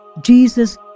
Jesus